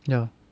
ya